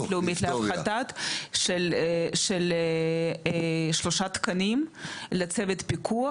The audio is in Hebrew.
הלאומית להפחתה של שלושה תקנים לצוות פיקוח,